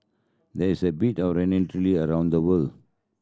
there's a bit around the world